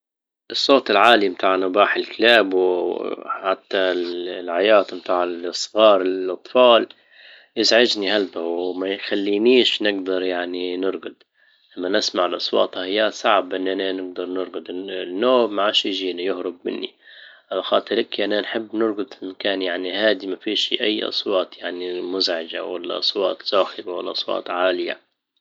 الصوت العالي متاع نباح الكلاب و حتى العياط متاع الصغار الاطفال يزعجني هلبه وما يخلينيش نجدر يعني نرجد لما نسمع الاصوات هيا صعب اني نجدر نرجد النوم ما عادش يجيني يهرب مني على خاطرك نحب نرجد ان كان يعني هادي مافيهش اي اصوات يعني مزعجة ولا اصوات صاخبة ولا اصوات عالية